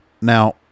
now